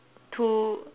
two